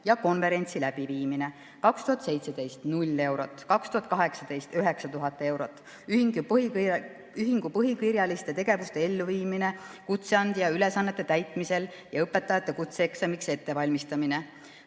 ja konverentsi läbiviimine. 2017: 0 eurot. 2018: 9000 eurot, ühingu põhikirjaliste tegevuste elluviimine kutseandja ülesannete täitmisel ja õpetajate kutseeksamiks ettevalmistamine.